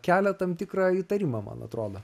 kelia tam tikrą įtarimą man atrodo